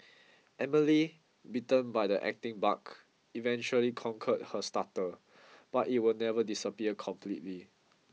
Emily bitten by the acting bug eventually conquered her stutter but it will never disappear completely